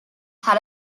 had